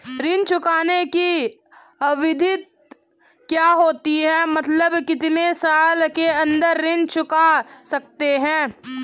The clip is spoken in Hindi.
ऋण चुकाने की अवधि क्या होती है मतलब कितने साल के अंदर ऋण चुका सकते हैं?